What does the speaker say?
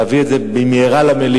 להביא את זה במהרה למליאה,